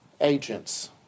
agents